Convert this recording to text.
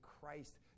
Christ